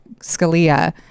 Scalia